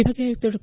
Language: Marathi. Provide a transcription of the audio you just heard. विभागीय आयुक्त डॉ